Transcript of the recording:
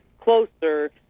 closer